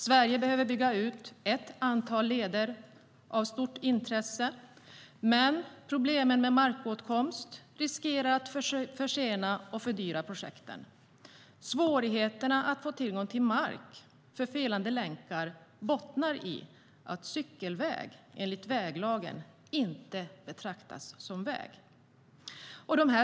Sverige behöver bygga ut ett antal leder av stort intresse, men problem med markåtkomst riskerar att försena och fördyra projekten. Svårigheterna att få tillgång till mark för felande länkar bottnar i att cykelväg enligt väglagen inte betraktas som väg.